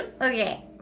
Okay